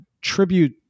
tribute